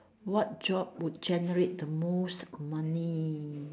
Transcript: what job would generate the most money